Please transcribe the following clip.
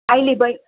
अहिले बै